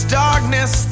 darkness